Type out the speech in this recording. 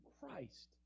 Christ